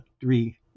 three